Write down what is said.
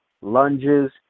lunges